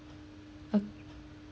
oh